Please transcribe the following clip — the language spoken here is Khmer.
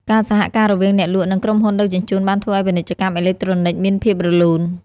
ការសហការរវាងអ្នកលក់និងក្រុមហ៊ុនដឹកជញ្ជូនបានធ្វើឱ្យពាណិជ្ជកម្មអេឡិចត្រូនិកមានភាពរលូន។